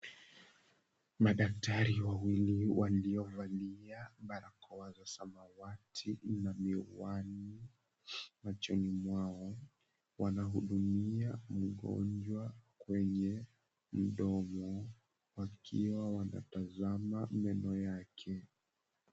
Madaktari wawili waliovalia barakoa za samawati na miwani machoni mwao, wanahudumia mgonjwa kwenye mdomo wakiwa wanatazama meno yake.